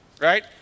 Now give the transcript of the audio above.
right